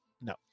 No